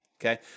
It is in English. okay